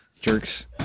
Jerks